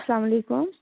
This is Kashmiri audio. اسلامُ علیکُم